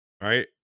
Right